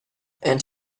and